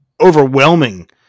overwhelming